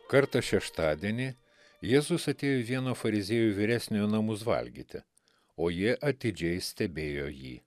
kartą šeštadienį jėzus atėjo į vieno fariziejų vyresniojo namus valgyti o ji atidžiai stebėjo jį